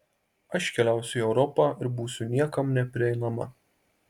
aš keliausiu į europą ir būsiu niekam neprieinama